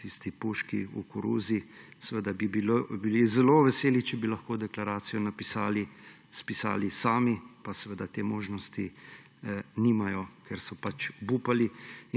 tisti puški v koruzi, seveda bi bili zelo veseli, če bi lahko deklaracijo spisali sami, pa te možnosti nimajo, ker so obupali